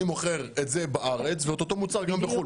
אני מוכר את זה בארץ ואת אותו מוצר גם בחוץ לארץ.